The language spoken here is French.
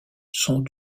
sont